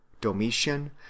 Domitian